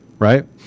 Right